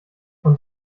und